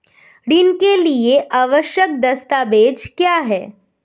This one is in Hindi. ऋण के लिए आवश्यक दस्तावेज क्या हैं?